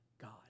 God